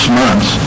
months